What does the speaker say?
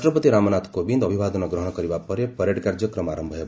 ରାଷ୍ଟ୍ରପତି ରାମନାଥ କୋବିନ୍ଦ ଅଭିବାଦନ ଗ୍ରହଣ କରିବା ପରେ ପ୍ୟାରେଡ୍ କାର୍ଯ୍ୟକ୍ରମ ଆରମ୍ଭ ହେବ